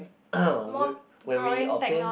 when we obtain